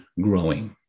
growing